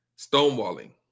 stonewalling